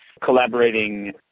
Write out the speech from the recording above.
collaborating